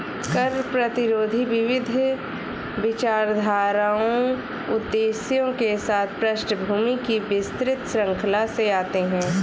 कर प्रतिरोधी विविध विचारधाराओं उद्देश्यों के साथ पृष्ठभूमि की विस्तृत श्रृंखला से आते है